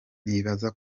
nibaza